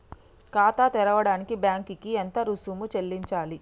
ఖాతా తెరవడానికి బ్యాంక్ కి ఎంత రుసుము చెల్లించాలి?